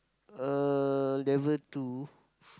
uh level two